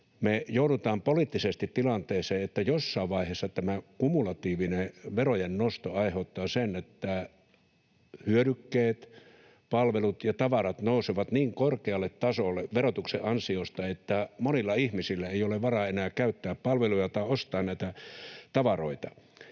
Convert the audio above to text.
me joudutaan poliittisesti tilanteeseen, että jossain vaiheessa tämä kumulatiivinen verojen nosto aiheuttaa sen, että hyödykkeet, palvelut ja tavarat, nousevat niin korkealle tasolle verotuksen ansiosta, että monilla ihmisillä ei ole varaa enää käyttää palveluja tai ostaa näitä tavaroita.